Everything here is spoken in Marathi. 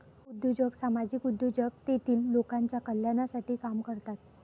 उद्योजक सामाजिक उद्योजक तेतील लोकांच्या कल्याणासाठी काम करतात